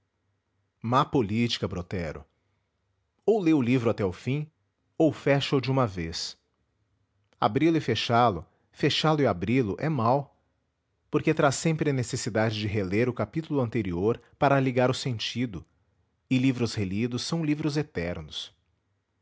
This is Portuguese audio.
má política brotero ou lê o livro até o fim ou fecha o de uma vez abri-lo e fechá-lo fechá-lo e abri-lo é mau porque traz sempre a necessidade de reler o capítulo anterior para ligar o sentido e livros relidos são livros eternos